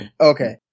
Okay